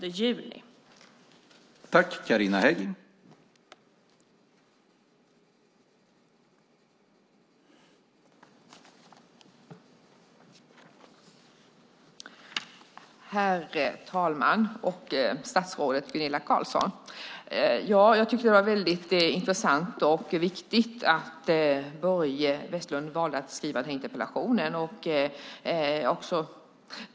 Då Börje Vestlund, som framställt interpellationen, anmält att han var förhindrad att närvara vid sammanträdet medgav talmannen att Carina Hägg i stället fick delta i överläggningen.